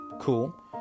Cool